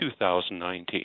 2019